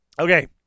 Okay